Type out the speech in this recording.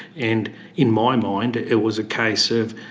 and in my mind, it was a case of,